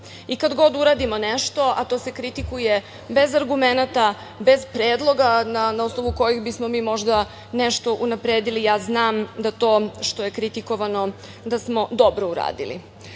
Kad god uradimo nešto, a to se kritikuje bez argumenata, bez predloga na osnovu kojih bismo mi možda nešto unapredili, ja znam da to što je kritikovano da smo dobro uradili. Između